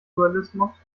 dualismus